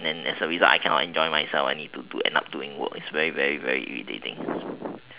then as a result I cannot enjoy myself I need to do end up doing work it's very very very irritating